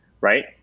right